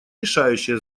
решающее